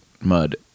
mud